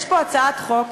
יש פה הצעת חוק,